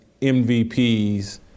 MVPs